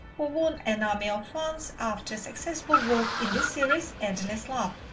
who won an army of fans after successful work in the series endless love.